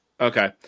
Okay